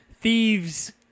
thieves